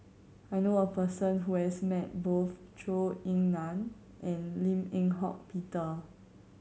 I knew a person who has met both Zhou Ying Nan and Lim Eng Hock Peter